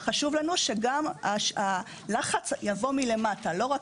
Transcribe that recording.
אבל כן היה חשוב לנו שגם הלחץ יבוא מלמטה לא רק